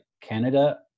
Canada